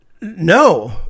No